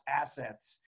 assets